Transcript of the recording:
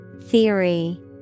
Theory